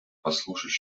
послушать